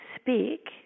speak